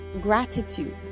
gratitude